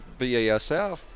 BASF